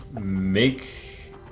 make